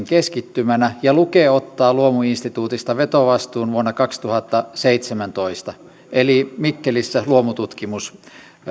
keskittymänä ja luke ottaa luomuinstituutista vetovastuun vuonna kaksituhattaseitsemäntoista eli mikkelissä luomututkimus